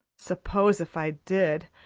suppose, if i did,